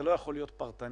זה לא יכול להיות פרטני.